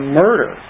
murder